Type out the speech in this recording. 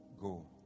go